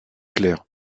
claires